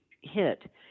hit